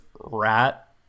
rat